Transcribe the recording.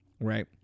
right